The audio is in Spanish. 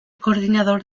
coordinador